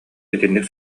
итинник